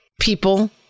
people